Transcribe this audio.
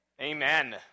Amen